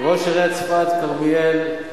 ראש עיריית צפת, כרמיאל,